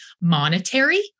monetary